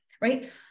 right